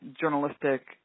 journalistic